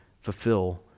fulfill